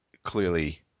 Clearly